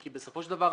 אלה לא נש"מים,